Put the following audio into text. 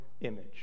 image